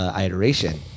iteration